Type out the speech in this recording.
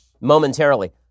momentarily